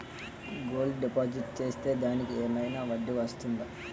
Gold deposit చేస్తే దానికి ఏమైనా వడ్డీ వస్తుందా?